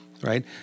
Right